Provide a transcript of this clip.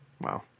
Wow